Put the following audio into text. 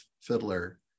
fiddler